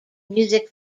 music